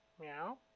Meow